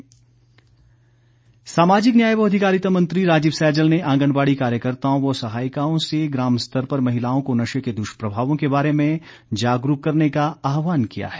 सैजल सामाजिक न्याय व अधिकारिता मंत्री राजीव सैजल ने आंगनबाड़ी कार्यकर्ताओं व सहायिकाओं से ग्राम स्तर पर महिलाओं को नशे के दुष्प्रभावों के बारे में जागरूक करने का आहवान किया है